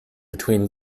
between